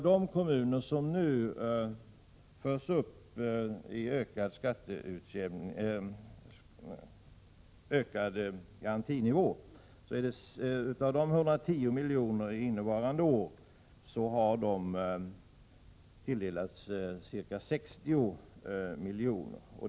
De kommuner som nu får höjd garantinivå har tilldelats ca 60 milj.kr. av totalt 110 milj.kr. innevarande år.